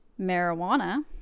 marijuana